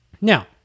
Now